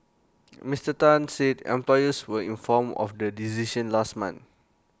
Mister Tan said employees were informed of the decision last month